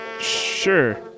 sure